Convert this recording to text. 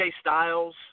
Styles